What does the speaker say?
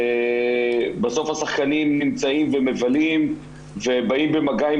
בסוף השחקנים נמצאים ומבלים ובאים במגע עם